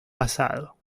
pasado